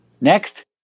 Next